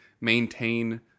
maintain